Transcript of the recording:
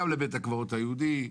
גם לבית הקברות היהודי.